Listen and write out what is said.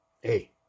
hey